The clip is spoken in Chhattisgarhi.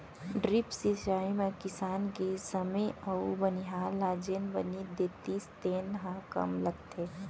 ड्रिप सिंचई म किसान के समे अउ बनिहार ल जेन बनी देतिस तेन ह कम लगथे